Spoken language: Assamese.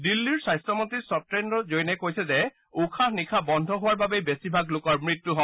দিল্লীৰ স্বাস্থ্য মন্ত্ৰী সত্যেজ্ৰ জৈনে কৈছে যে উশাহ নিশাহ বন্ধ হোৱাৰ বাবেই বেছিভাগ লোকৰ মৃত্যু হয়